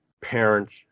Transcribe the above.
parents